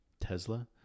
Tesla